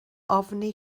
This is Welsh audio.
ofni